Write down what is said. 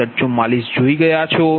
6144 જોયુ છે